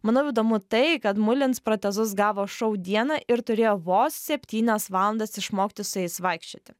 manau įdomu tai kad mulins protezus gavo šou dieną ir turėjo vos septynias valandas išmokti su jais vaikščioti